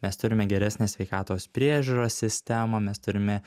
mes turime geresnę sveikatos priežiūros sistemą mes turime